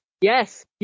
yes